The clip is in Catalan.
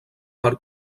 per